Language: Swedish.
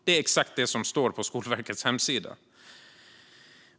Detta är vad som står på Skolverkets hemsida.